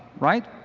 right?